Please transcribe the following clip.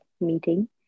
meeting